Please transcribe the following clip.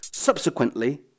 Subsequently